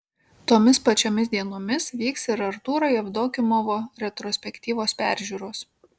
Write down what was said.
tomis pačiomis dienomis vyks ir artūro jevdokimovo retrospektyvos peržiūros